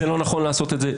זה לא נכון לעשות את זה.